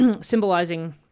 Symbolizing